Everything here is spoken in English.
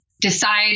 decide